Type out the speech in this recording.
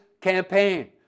campaign